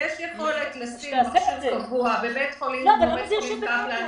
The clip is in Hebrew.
יש יכולת לשים מכשיר קבוע בבית חולים כמו בית חולים קפלן,